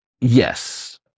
Yes